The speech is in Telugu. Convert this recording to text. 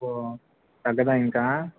ఓ తగ్గదా ఇంకా